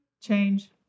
change